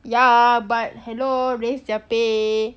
ya but hello raise their pay